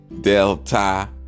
Delta